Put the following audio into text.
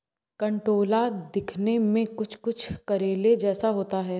कंटोला दिखने में कुछ कुछ करेले जैसा होता है